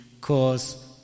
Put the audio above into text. cause